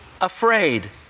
afraid